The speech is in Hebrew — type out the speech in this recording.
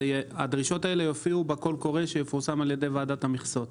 הדרישות האלה יופיעו בקול קורא שיפורסם על ידי ועדת המכסות.